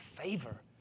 favor